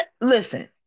Listen